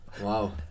Wow